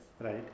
Right